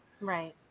Right